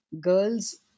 Girls